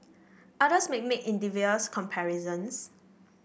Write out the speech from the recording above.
others may make invidious comparisons